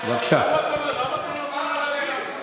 את הדבר הזה, שהביא לנו ממשלה כזאת.